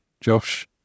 Josh